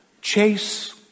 Chase